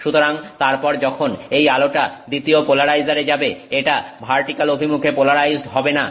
সুতরাং তারপর যখন এই আলোটা দ্বিতীয় পোলারাইজারে যাবে এটা ভার্টিক্যাল অভিমুখে পোলারাইজড হবে না